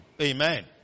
Amen